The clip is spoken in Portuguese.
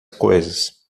coisas